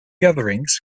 gatherings